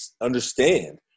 understand